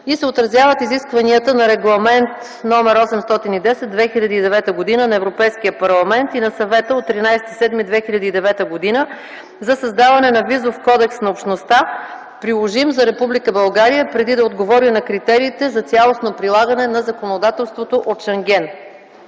и се отразяват изискванията на Регламент /ЕО/ № 810/2009 на Европейския парламент и на Съвета от 13.07.2009 г. за създаване на Визов кодекс на Общността, приложим за Република България преди да отговори на критериите за цялостно прилагане на законодателството от Шенген.